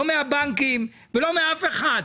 לא מהבנקים ולא מאף אחד.